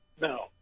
No